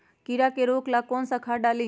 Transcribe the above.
कीड़ा के रोक ला कौन सा खाद्य डाली?